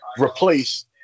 replace